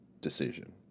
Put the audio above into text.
decision